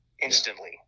instantly